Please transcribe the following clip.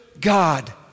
God